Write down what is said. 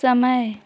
समय